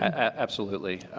absolutely.